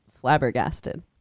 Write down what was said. flabbergasted